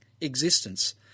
existence